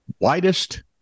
widest